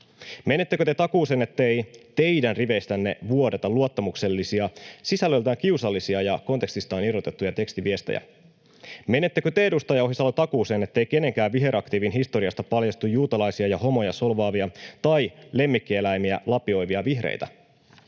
Menettekö te takuuseen, ettei teidän riveistänne vuodeta luottamuksellisia, sisällöltään kiusallisia ja kontekstistaan irrotettuja tekstiviestejä? Menettekö te, edustaja Ohisalo, takuuseen, ettei kenenkään viheraktiivin historiasta paljastu juutalaisia ja homoja solvaavia tai lemmikkieläimiä lapioivia vihreitä?